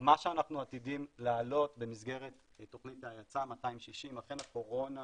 מה שאנחנו עתידים להעלות במסגרת תוכנית ההאצה 260 אכן הקורונה